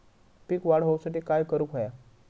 पीक वाढ होऊसाठी काय करूक हव्या?